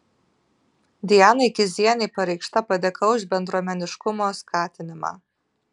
dianai kizienei pareikšta padėka už bendruomeniškumo skatinimą